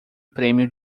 prêmio